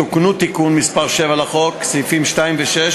תוקנו בתיקון מס' 7 לחוק סעיפים 2 ו-6